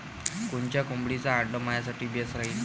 कोनच्या कोंबडीचं आंडे मायासाठी बेस राहीन?